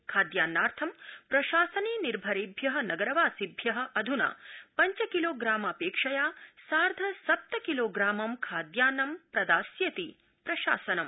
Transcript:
खाद्यान्नाथं प्रशासने निभरेभ्य नगरवासिभ्य अध्ना पञ्चकिलोग्रामापेक्षया सार्थ सप्त किलोग्रामं खाद्यान्नं प्रदास्यति प्रशासनम्